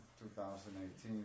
2018